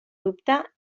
dubte